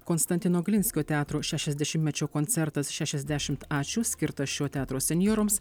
konstantino glinskio teatro šešiasdešimtmečio koncertas šešiasdešimt ačiū skirtas šio teatro senjorams